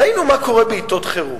ראינו מה קורה בעתות חירום,